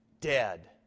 ...dead